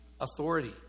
authority